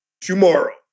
tomorrow